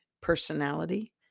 personality